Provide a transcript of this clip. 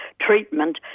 treatment